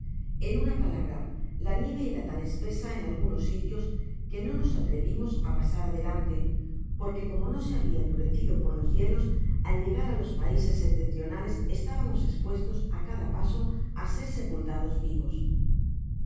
en ana palabra la nieve era tan espesa en algunos sitios que no nos atrevimos á pasar adelante porque como no se habia endurecido por los hielos al llegar á los paises septentrionales estábamos espuestos á cada paso á ser sepultados vivos